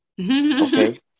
Okay